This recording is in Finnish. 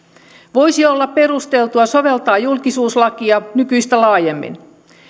voisi olla perusteltua soveltaa julkisuuslakia nykyistä laajemmin